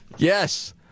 Yes